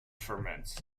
ferment